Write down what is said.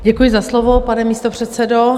Děkuji za slovo, pane místopředsedo.